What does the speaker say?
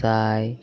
Sai